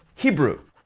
hebrew!